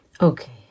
Okay